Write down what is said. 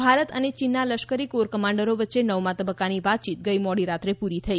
ભારત ચીન મંત્રણા ભારત અને ચીનના લશ્કરી કોર કમાન્ડરો વચ્ચે નવમા તબક્કાની વાતચીત ગઈ મોડી રાત્રે પૂરી થઈ